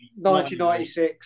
1996